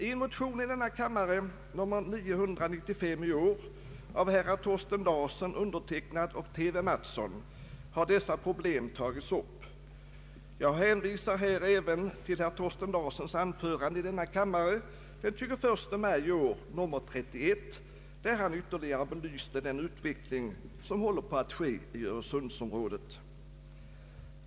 I en motion i denna kammare i år, nr 995, av herr Thorsten Larsson, mig själv och herr T. V. Mattsson har dessa problem tagits upp. Jag hänvisar även till herr Thorsten Larssons anförande i denna kammare den 21 maj i år, där han ytterligare belyste den utveckling som håller på att ske i Örestadsområdet.